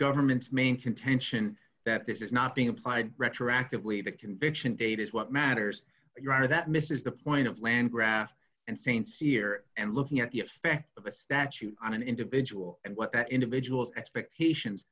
government's main contention that this is not being applied retroactively the conviction date is what matters your honor that misses the point of land graph and st cyr and looking at the effect of a statute on an individual and what that individual's expectations